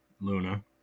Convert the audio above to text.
Luna